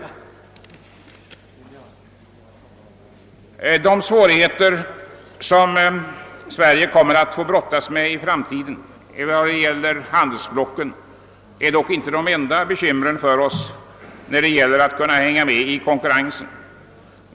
De svårigheter som Sverige kommer att få brottas med i framtiden vad beträffar handelsblocken är dock inte de enda bekymren för oss när det gäller att hänga med i konkurrensen.